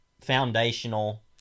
foundational